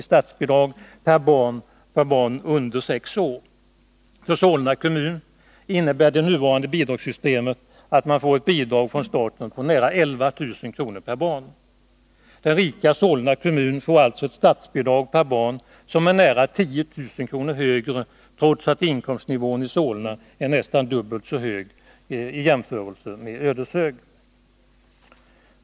i statsbidrag per barn under sex år. För Solna kommun innebär det nuvarande bidragssystemet att man där får ett bidrag från staten på nära 11 000 kr. per barn. Den rika Solna kommun får alltså ett statsbidrag per barn som är nära 10 000 kr. högre, trots att inkomstnivån i Solna är nästan dubbelt så hög i jämförelse med Ödeshög.